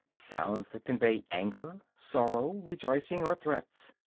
sounds that convey anger, sorrow, rejoicing or threats.